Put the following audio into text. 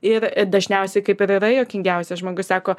ir dažniausiai kaip ir yra juokingiausias žmogus sako